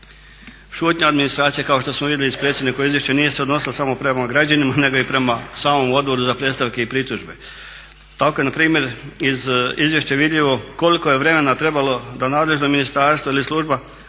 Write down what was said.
Šutnja administracije kao što smo vidjeli iz predsjednikovog izvješća nije se odnosila samo prema građanima nego i prema samom Odboru za predstavke i pritužbe. Tako je na primjer iz izvješća vidljivo koliko je vremena trebalo da nadležno ministarstvo ili služba